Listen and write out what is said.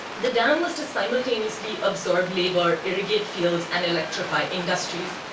the dam was to simultaneously absorb labor, irrigate fields, and electrify industries,